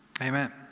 Amen